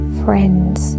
friends